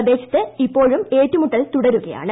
പ്രദേശത്ത് ഇപ്പോഴും ഏറ്റുമുട്ടൽ തുടരുകയാണ്